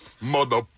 Mother